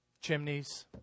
chimneys